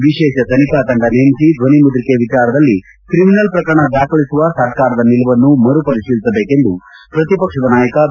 ವಿಶೇಷ ತನಿಖಾ ತಂಡ ನೇಮಿಸಿ ಧ್ವನಿ ಮುದ್ರಿಕೆ ವಿಚಾರದಲ್ಲಿ ಕ್ರಿಮಿನಲ್ ಪ್ರಕರಣ ದಾಖಲಿಸುವ ಸರ್ಕಾರದ ನಿಲುವನ್ನು ಮರು ಪರಿಶೀಲಿಸಬೇಕೆಂದು ಪ್ರತಿಪಕ್ಷ ನಾಯಕ ಬಿ